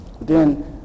then-